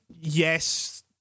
yes